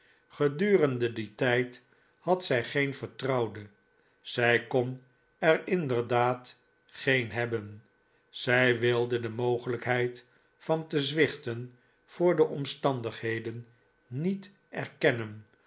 gedurende dien tijd had zij geen vertrouwde zij kon er inderdaad geen hebben zij wilde de mogelijkheid van te zwichten voor de omstandigheden niet erkennen